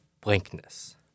blankness